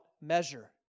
measure